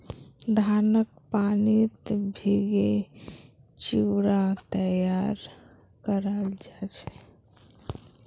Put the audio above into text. धानक पानीत भिगे चिवड़ा तैयार कराल जा छे